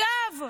זה לא סותר.